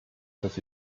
dass